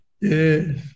Yes